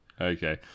Okay